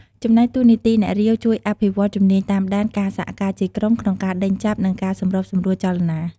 ចំណែកតួនាទីអ្នករាវ ជួយអភិវឌ្ឍជំនាញតាមដាន ការសហការជាក្រុម ក្នុងការដេញចាប់ និងការសម្របសម្រួលចលនា។